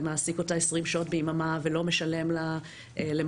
מעסיק אותה 20 שעות ביממה ולא משלם לה למשל